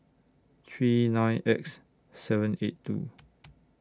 three nine X seven eight two